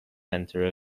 center